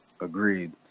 Agreed